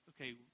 okay